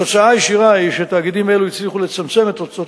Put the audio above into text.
התוצאה הישירה היא שתאגידים אלה הצליחו לצמצם את הוצאות